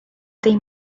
tem